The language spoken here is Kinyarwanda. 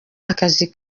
akazi